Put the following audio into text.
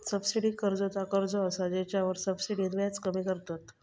subsidy कर्ज ता कर्ज असा जेच्यावर सब्सिडीन व्याज कमी करतत